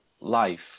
life